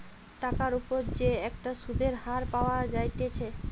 টাকার উপর যে একটা সুধের হার পাওয়া যায়েটে